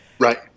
Right